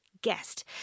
guest